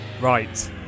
Right